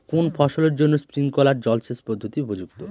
কোন ফসলের জন্য স্প্রিংকলার জলসেচ পদ্ধতি উপযুক্ত?